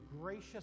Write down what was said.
gracious